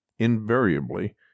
invariably